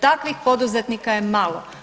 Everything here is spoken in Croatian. Takvih poduzetnika je malo.